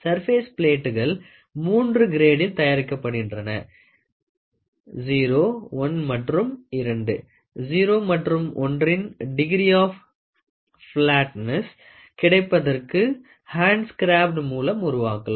surface பிளேட்டுகள் மூன்று கிரேடில் தயாரிக்கப்படுகின்றன 0 I மற்றும் II 0 மற்றும் I இன் டிகிரி ஆப் பிலாட்ன்ஸ் கிடைப்பதற்கு ஹாண்ட் சிகிராப்டு மூலம் உருவாக்கலாம்